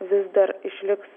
vis dar išliks